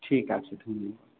ঠিক আছে ধন্যবাদ